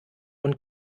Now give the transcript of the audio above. und